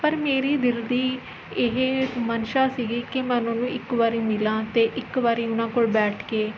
ਪਰ ਮੇਰੀ ਦਿਲ ਦੀ ਇਹ ਮਨਸ਼ਾ ਸੀਗੀ ਕਿ ਮੈਂ ਉਹਨਾਂ ਨੂੰ ਇੱਕ ਵਾਰੀ ਮਿਲਾਂ ਅਤੇ ਇੱਕ ਵਾਰੀ ਉਹਨਾਂ ਕੋਲ ਬੈਠ ਕੇ